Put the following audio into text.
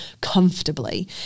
comfortably